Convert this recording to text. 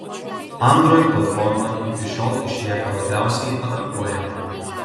android platforma iki šiol išlieka labiausiai atakuojama